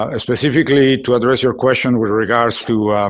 ah specifically to address your question with regards to